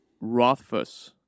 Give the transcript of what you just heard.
Rothfuss